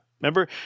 Remember